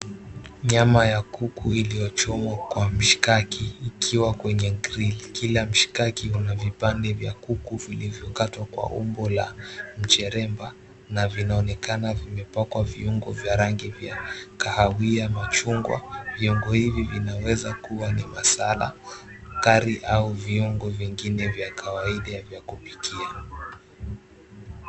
Nyama ya kuku iliyochomwa kwa mshikaki ikiwa kwenye grill . Kila mshikaki una vipande vya kuku vilivyokatwa kwa umbo la mcheremba na vinaonekana vimepakwa viungo vya rangi vya kahawia, machungwa. Viungo hivi vinaweza kuwa ni masala, curry au viungo vingine vya kawaida vya kupikia.